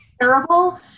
Terrible